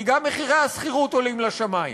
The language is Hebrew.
כי גם מחירי השכירות עולים לשמים.